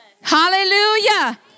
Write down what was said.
Hallelujah